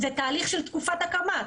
זה תהליך של תקופת הקמה.